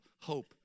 hope